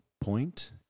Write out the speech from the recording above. point